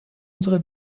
unsere